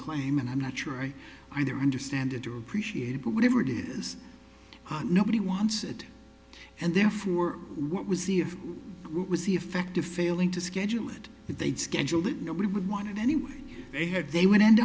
claim and i'm not sure i either understand it to appreciate but whatever it is nobody wants it and therefore what was the of what was the effect of failing to schedule it if they'd schedule it nobody would want it anyway they had they would end